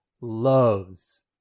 loves